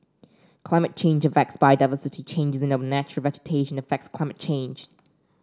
climate change affects biodiversity changes in our natural vegetation affects climate change